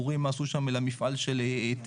אנחנו רואים מה עשו שם למפעל של טסלה,